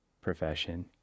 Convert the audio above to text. profession